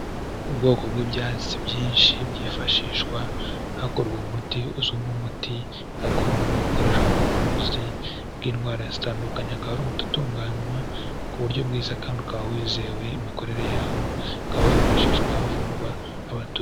Ubwoko bw'ibyatsi byinshi byifashishwa hakorwa umuti uzwi nk'umuti gakondo, ukoreshwa mu buvuzi bw'indwara zitandukanye, akaba ari umuti utunganywa ku buryo bwiza kandi ukaba wizewe imikorere yawo, ukaba wifashishwa havurwa abato.